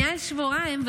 מעל שבועיים,